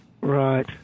Right